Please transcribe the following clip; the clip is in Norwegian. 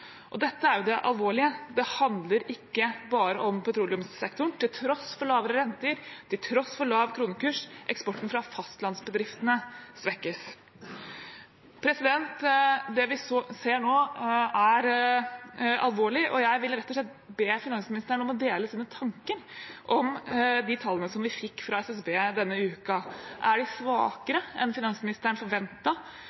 Dette er jo det alvorlige. Det handler ikke bare om petroleumssektoren. Til tross for lavere renter, til tross for lav kronekurs: Eksporten fra fastlandsbedriftene svekkes. Det vi ser nå, er alvorlig, og jeg vil rett og slett be finansministeren om å dele sine tanker om de tallene som vi fikk fra SSB denne uken. Er de